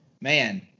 man